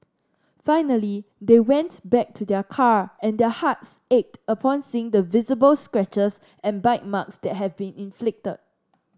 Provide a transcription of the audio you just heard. finally they went back to their car and their hearts ached upon seeing the visible scratches and bite marks that had been inflicted